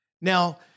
Now